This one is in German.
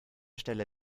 stelle